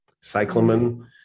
cyclamen